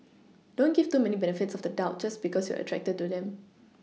don't give too many benefits of the doubt just because you're attracted to them